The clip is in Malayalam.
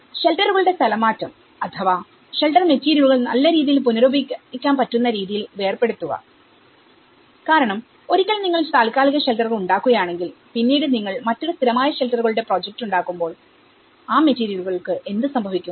ഷെൽട്ടറുകളുടെ സ്ഥലംമാറ്റം അഥവാ ഷെൽട്ടർ മെറ്റീരിയലുകൾ നല്ല രീതിയിൽ പുനരുപയോഗിക്കാൻ പറ്റുന്ന രീതിയിൽ വേർപെടുത്തുക കാരണം ഒരിക്കൽ നിങ്ങൾ താൽക്കാലിക ഷെൽട്ടറുകൾ ഉണ്ടാക്കുകയാണെങ്കിൽ പിന്നീട് നിങ്ങൾ മറ്റൊരു സ്ഥിരമായ ഷെൽട്ടറുകളുടെ പ്രൊജക്റ്റ് ഉണ്ടാക്കുമ്പോൾ ആ മെറ്റീരിയലുകൾ ക്ക് എന്ത് സംഭവിക്കും